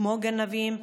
כמו גנבים,